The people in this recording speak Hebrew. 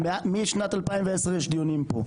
משנת 2010 יש דיונים פה.